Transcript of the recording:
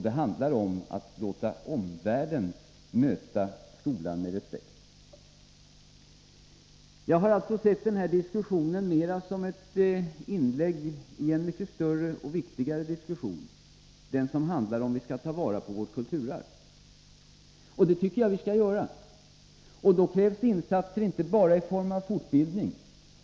Det handlar om att låta omvärlden möta skolan med respekt. Jag har alltså sett den här diskussionen mera som ett inlägg i en mycket större och viktigare diskussion, nämligen den som handlar om huruvida vi skall ta vara på vårt kulturarv. Det tycker jag vi skall göra, men då krävs det insatser inte bara i form av fortbildning.